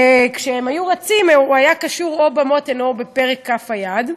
וכשהם היו רצים הוא היה קשור או במותן או בפרק כף היד.